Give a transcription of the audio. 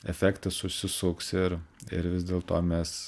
efektas užsisuks ir ir vis dėlto mes